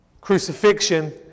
crucifixion